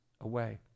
away